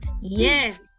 Yes